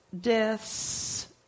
deaths